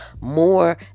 more